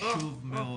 חשוב מאוד.